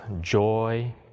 joy